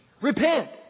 Repent